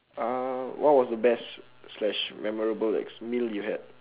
uh what was the best slash memorable meal you had